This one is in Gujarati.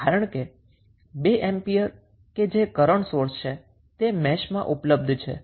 કારણ કે 2 એમ્પિયર એ કરન્ટ સોર્સ છે જે મેશમાં ઉપલબ્ધ છે